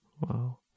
Wow